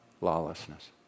lawlessness